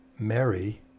Mary